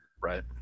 Right